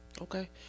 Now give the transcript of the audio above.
Okay